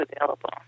available